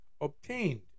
obtained